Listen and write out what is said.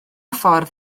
ffordd